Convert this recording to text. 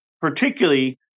particularly